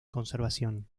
conservación